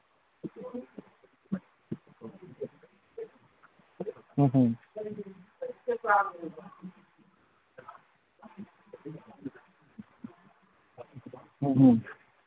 ꯎꯝ ꯎꯝ ꯎꯝ ꯎꯝ